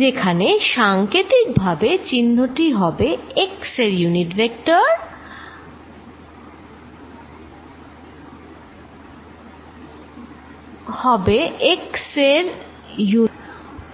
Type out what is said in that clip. যেখানে সাঙ্কেতিকভাবে চিহ্নটি হবে x এর ইউনিট ভেক্টর